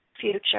future